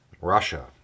Russia